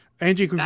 Angie